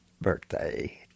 birthday